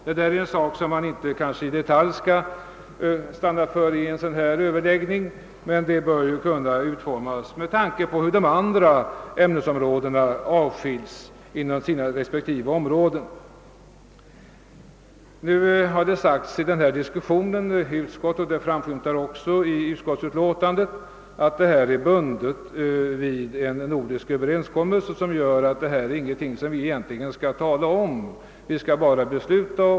Detta är en sak som man inte i detalj skall stanna för i en sådan här debatt, men ämnet bör fastställas med tanke på hur de andra ämnesgrupperna avskiljes inom sina respektive områden. I denna diskussion har framhållits — det framgår också av utskottsutlåtandet — att förslaget är bundet vid en nordisk överenskommelse och att vi egentligen inte skall tala om det. Vi skall bara besluta.